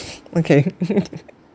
okay